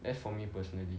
that's for me personally